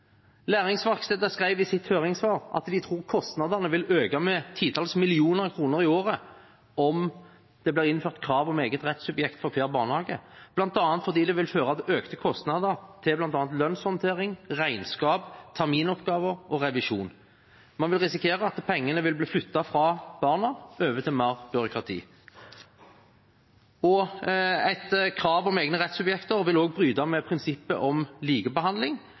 Læringsverkstedet skrev i sitt høringssvar at de tror kostnadene vil øke med titalls millioner kroner i året om det blir innført krav om eget rettssubjekt for hver barnehage, bl.a. fordi det vil føre til økte kostnader til bl.a. lønnshåndtering, regnskap, terminoppgaver og revisjon. Man vil risikere at pengene vil bli flyttet fra barna og over til mer byråkrati. Et krav om egne rettssubjekter vil også bryte med prinsippet om likebehandling,